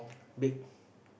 big